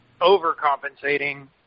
overcompensating